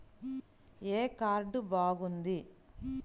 ఏ card బాగుంది?